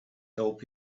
help